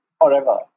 forever